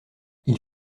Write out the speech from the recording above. ils